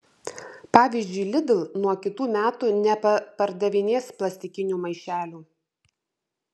pavyzdžiui lidl nuo kitų metų nebepardavinės plastikinių maišelių